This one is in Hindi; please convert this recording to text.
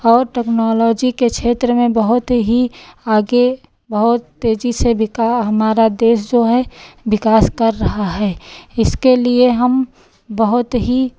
और टेक्नोलॉजी के क्षेत्र में बहुत ही आगे बहुत तेज़ी से विकास हमारा देश जो है विकास कर रहा है इसके लिए हम बहुत ही